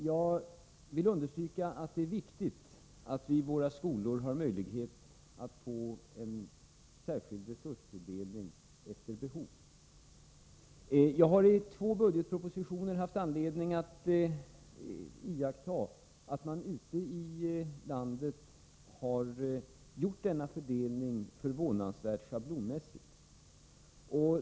Jag vill understryka att det är viktigt att vi i våra skolor har möjlighet att få en särskild resurstilldelning efter behov, Jag har i två budgetpropositioner haft anledning att uppmärksamma att man ute i landet har gjort denna fördelning förvånansvärt schablonmässigt.